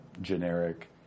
generic